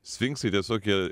sfinksai tiesiog jie